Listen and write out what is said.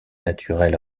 naturel